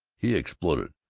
he exploded,